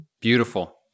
Beautiful